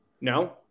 No